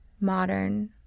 modern